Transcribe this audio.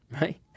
right